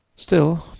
still,